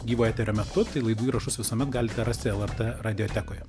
gyvo eterio metu tai laidų įrašus visuomet galite rasti el er t radijotekoje